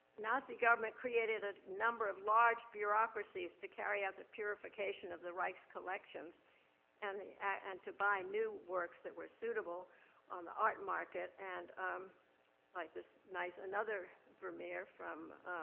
nazi government created a number of large bureaucracies to carry out the purification of the reich's collections and and to buy new works that were suitable on the art market, and um like this nice, another vermeer from,